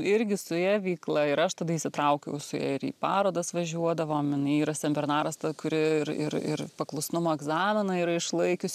irgi su ja veikla ir aš tada įsitraukiau su ja ir į parodas važiuodavom jinai yra senbernaras ta kuri ir ir ir paklusnumo egzaminą yra išlaikius